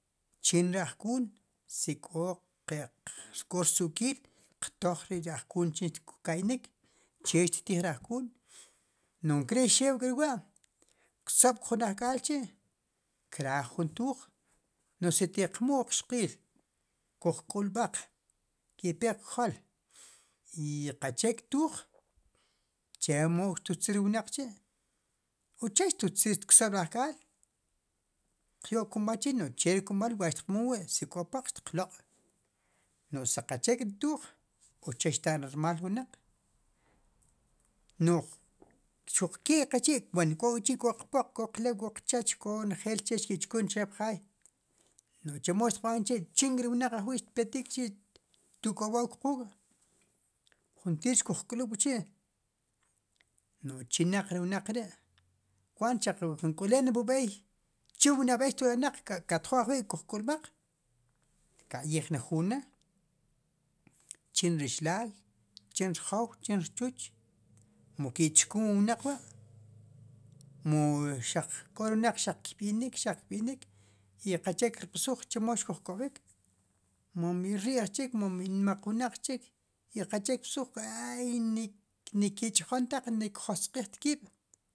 Chin ri ajkuun si k'o qe' rsu'kiil, qtooj ri'ri ajkuun chin xtka'inik, chee xttiij ri ajkuun, no'j nkere' xew k'riwa' kk'soop jun ajk'aalchi' kraaj jun tuuj n'oj si xtiq mu'l jun qxqiil, kuj k'ulb'aq ki'pe qk'jool, ¿i qachek' tuuj chemo xtitziil ri wnaq k'chi' uche xtitziir tk'sob'ri ajk'aal, xtiq to'k kumb'aal chriij no'j che ri kumb'aal, wa xtiq muul wi' si k'o poq no'j si qachek're tuuj, uche' xta'n ri rmaal ri wnaq no'j xeqkeek'qechi' wen xuq k'o qpoq, k'o qlew k'o qchooch k'o che xki'chkun chqe pjaay no'j chemo xtiq b'an k'chi' k'onk'ri' ri wnaq xtpetik xti' k'ob'ook quuk' juntiir xkuj k'lub' k'chi' n'oj chinaq ri wnaq ri' kwaat no'j xaq jin k'lune' pub'eey chin wu nab'eey xto'k'ulaq katjoo ajwi' kuj k'ulb'aq xtka'yiij ne juun ne' chin ri richilaay chin ri rchuch mu ki'chkum wu wnaq wa' mu xaq k'oli wnaq xaq kb'inik i qaqchee kir b'suj, chemo ikuj k'ob'ik, mon iri'jchik mon ijomon wnaq chik, i qache kb'suj ay ni ki'ch'jontaq ni kjosq'iij kiib'.